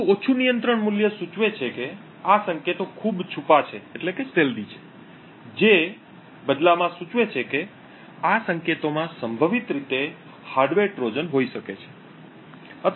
આટલું ઓછું નિયંત્રણ મૂલ્ય સૂચવે છે કે આ સંકેતો ખૂબ છુપા છે જે બદલામાં સૂચવે છે કે આ સંકેતોમાં સંભવિત રીતે હાર્ડવેર ટ્રોજન હોઇ શકે છે